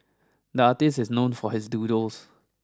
the artist is known for his doodles